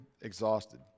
exhausted